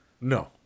No